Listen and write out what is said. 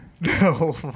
No